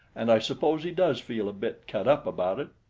and i suppose he does feel a bit cut up about it.